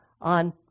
on